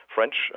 French